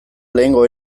lehengo